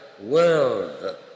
world